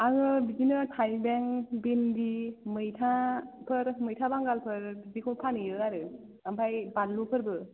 आङो बिदिनो थाइबें भिन्दि मैथाफोर मैथा बांगालफोर बिदिखौ फानहैयो आरो ओमफ्राय बानलुफोरबो